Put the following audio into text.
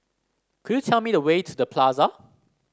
could you tell me the way to The Plaza